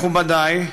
מכובדי,